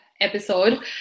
episode